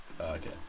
Okay